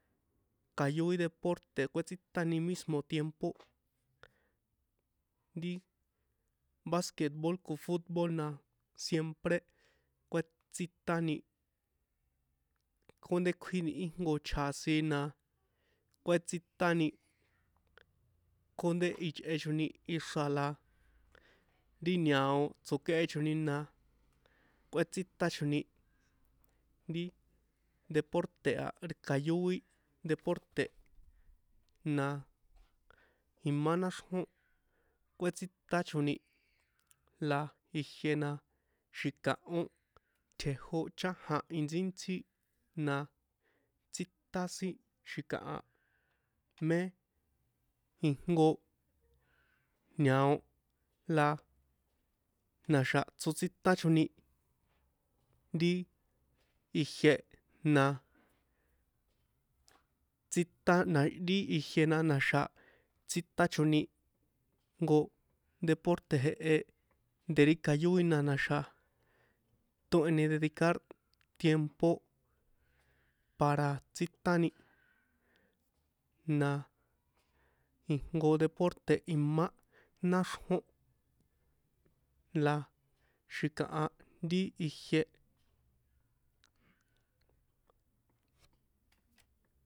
Kayói deporte kuétsitani mismo tiempo ri basketbol ko futbol na siempre kuétsitani kjónde kjuini íjnko chjasin na kuétsitani kjónde ichꞌechoni ixra̱ la ri ñao tsokéhechoni na kuétsichoni ri deporte a kayói deporte na imá náxrjón kuétsichoni la ijiena xi̱kahó tjejó chajan intsíntsí na tsítan sin xi̱kaha mé ijnko ñao la na̱xa̱ tsotsítachoni ri ijie na tsíta na ri ijie na̱xa̱ tsítachoni jnko deporte jehe de ri kayói na̱xa̱ tóheni dedicar tiempo para tsítani na ijnko deporte imá náxrjón la xi̱kaha ri ijie,